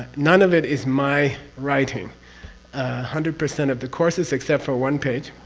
none of it is my writing, a hundred percent of the courses except for one page,